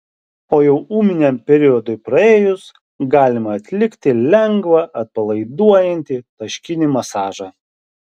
o jau ūminiam periodui praėjus galima atlikti lengvą atpalaiduojantį taškinį masažą